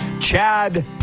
chad